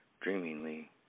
dreamingly